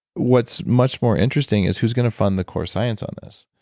what's much more interesting is who's going to fund the core science on this.